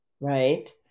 Right